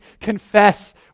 confess